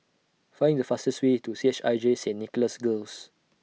Find The fastest Way to C H I J Saint Nicholas Girls